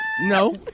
No